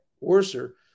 worser